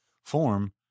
form